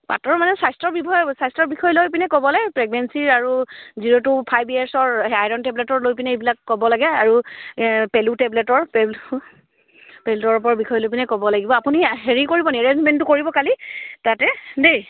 পাতৰ মানে স্বাস্থ্য বিষয়ে স্বাস্থ্যৰ বিষয়ে লৈ পিনে ক'বলৈ প্ৰেগনেঞ্চি আৰু জিৰ' টু ফাইভ ইয়েৰ্চৰ সেই আইৰন টেবলেটৰ লৈ পিনে এইবিলাক ক'ব লাগে আৰু পেলু টেবলেটৰ পেলু পেলু দৰৱৰ বিষয় লৈ পিনে ক'ব লাগিব আপুনি হেৰি কৰিব নি এৰেঞ্জমেণ্টটো কৰিব কালি তাতে দেই